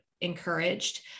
encouraged